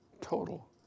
total